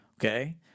okay